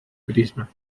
prisma